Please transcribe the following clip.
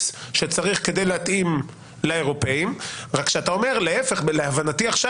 שצריך כדי להתאים לאירופאים' רק כשאתה אומר להיפך להבנתי עכשיו